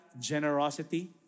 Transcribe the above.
generosity